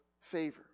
favor